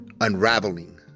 unraveling